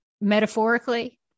metaphorically